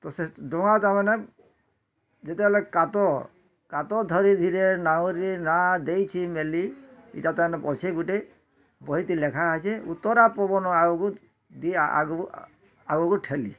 ତ ସେ ଡ଼ଙ୍ଗା ତାମାନେ ଯେତେବେଲେ କାତ କାତ ଧରି ଧିରେ ନାଉରି ନାଁ ଦେଇଚି ମେଲି ଇଟା ତାନ୍ ପଛେ ଗୁଟେ ବହିତି ଲେଖା ଅଛି ଉତ୍ତରା ପବନ ଆଗକୁ ଦିଏ ଆଗୁକୁ ଠେଲି